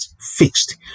fixed